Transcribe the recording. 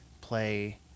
Play